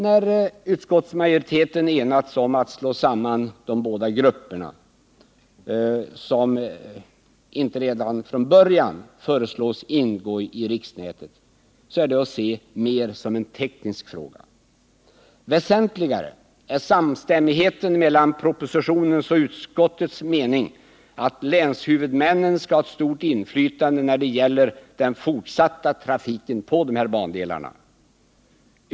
När utskottsmajoriteten enats om att slå samman de båda grupper som inte redan från början föreslås ingå i riksnätet är detta att se mer som en teknisk fråga. Väsentligare är samstämmigheten mellan propositionens och utskottets mening att länshuvudmännen skall ha ett stort inflytande när det gäller den fortsatta trafiken på dessa bandelar.